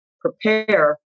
prepare